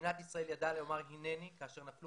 מדינת ישראל ידעה לומר הנני כאשר נפלו